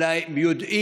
אלא הם יודעים,